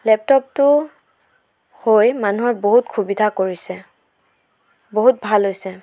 লেপটপটো হৈ মানুহৰ বহুত সুবিধা কৰিছে বহুত ভাল হৈছে